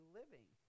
living